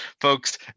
Folks